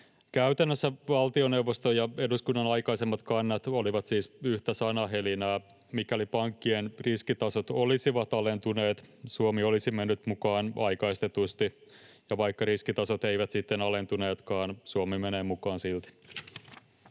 Käytännössä valtioneuvoston ja eduskunnan aikaisemmat kannat olivat siis yhtä sanahelinää. Mikäli pankkien riskitasot olisivat alentuneet, Suomi olisi mennyt mukaan aikaistetusti, ja vaikka riskitasot eivät sitten alentuneetkaan, Suomi menee mukaan silti.